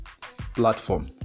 platform